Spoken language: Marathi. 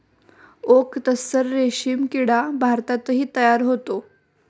ओक तस्सर रेशीम किडा भारतातही तयार होतो